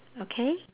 okay